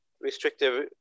restrictive